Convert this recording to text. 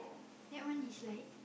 that one is like